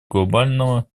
глобального